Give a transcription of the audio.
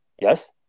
Yes